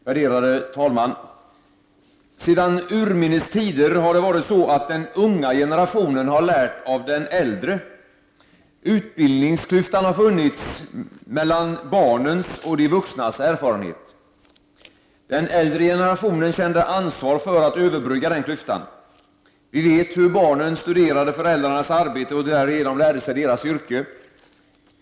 Värderade talman! Sedan urminnes tider har det varit så, att den unga generationen har lärt av den äldre. Utbildningsklyftan har funnits mellan barnens och de vuxnas erfarenhet. Den äldre generationen kände ansvar för att överbrygga den klyftan. Vi vet hur barnen studerade föräldrarnas arbete och därigenom lärde sig deras yrke.